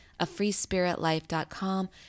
afreespiritlife.com